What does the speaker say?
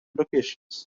locations